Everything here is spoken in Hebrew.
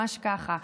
ממש ככה.